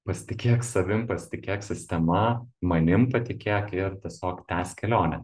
pasitikėk savim pasitikėk sistema manim patikėk ir tiesiog tęsk kelionę